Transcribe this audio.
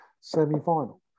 semi-final